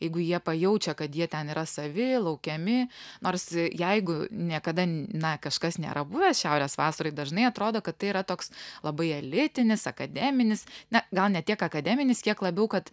jeigu jie pajaučia kad jie ten yra savi laukiami nors jeigu niekada na kažkas nėra buvęs šiaurės vasaroj dažnai atrodo kad tai yra toks labai elitinis akademinis na gal ne tiek akademinis kiek labiau kad